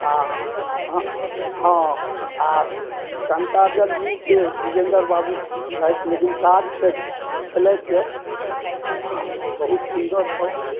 आ हँ आ जनता दल यूके विजयेंदर बाबू छथि लेकिन काज तऽ केलथि यऽ आ बहुत सुन्दरसॅं